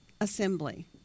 assembly